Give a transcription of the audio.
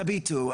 תביטו,